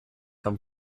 come